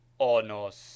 onos